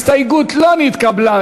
יעקב מרגי,